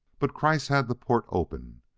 but kreiss had the port open.